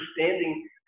understanding